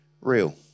real